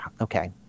okay